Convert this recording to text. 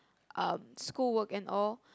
um school work and all